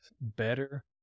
better